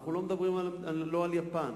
אנחנו לא מדברים לא על יפן,